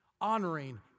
honoring